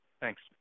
Thanks